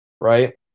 Right